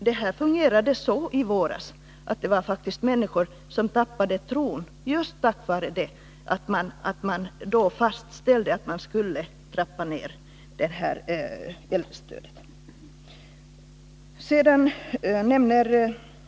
Det fungerade så i våras att människor faktiskt tappade tron på äldrestödet just på grund av att man då fastställde en nedtrappning av detta.